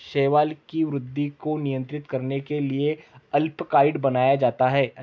शैवाल की वृद्धि को नियंत्रित करने के लिए अल्बिकाइड बनाया जाता है